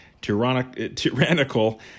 tyrannical